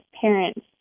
parents